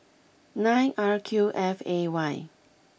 nine R Q F A Y